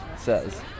says